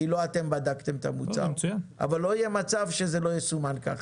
כי לא אתם בדקתם את המוצר אבל לא יהיה מצב שזה לא יסומן כך.